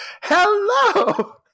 hello